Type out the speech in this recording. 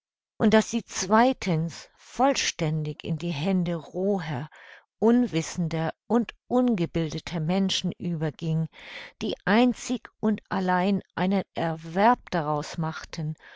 und daß sie zweitens vollständig in die hände roher unwissender und ungebildeter menschen überging die einzig und allein einen erwerb daraus machten